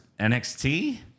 NXT